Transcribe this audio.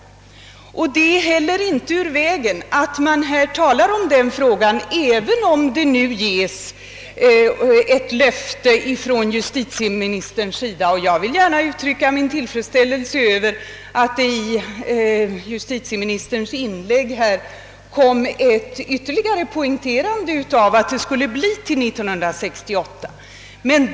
Det är heller inte ur vägen att man här talar om denna fråga även om justitieministern nu givit ett löfte. Jag vill gärna uttrycka min tillfredsställelse över att han i sitt inlägg ytterligare poängterade att ett förslag skulle komma till 1968 års riksdag.